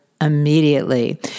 immediately